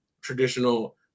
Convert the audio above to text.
traditional